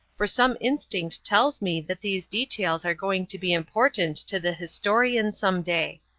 for some instinct tells me that these details are going to be important to the historian some day.